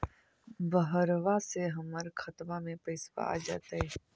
बहरबा से हमर खातबा में पैसाबा आ जैतय?